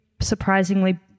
surprisingly